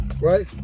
Right